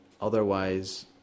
otherwise